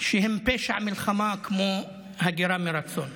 שהן פשע מלחמה, כמו "הגירה מרצון".